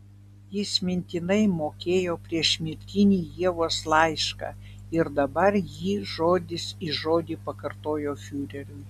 jis mintinai mokėjo priešmirtinį ievos laišką ir dabar jį žodis į žodį pakartojo fiureriui